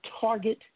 target